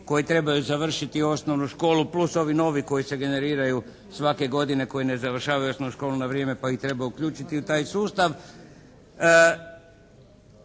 koji trebaju završiti osnovnu školu plus ovi novi koji se generiraju svake godine koji ne završavaju osnovnu školu na vrijeme pa ih treba uključiti u taj sustav.